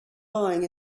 lying